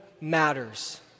matters